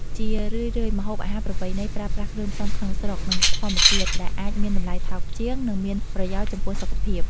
ជារឿយៗ ម្ហូបអាហារប្រពៃណីប្រើប្រាស់គ្រឿងផ្សំក្នុងស្រុក និងធម្មជាតិ ដែលអាចមានតម្លៃថោកជាង និងមានប្រយោជន៍ចំពោះសុខភាព។